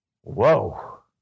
Whoa